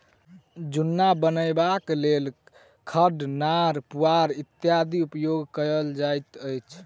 जुन्ना बनयबाक लेल खढ़, नार, पुआर इत्यादिक उपयोग कयल जाइत अछि